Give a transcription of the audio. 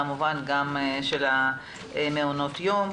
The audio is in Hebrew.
כמובן גם של מעונות יום.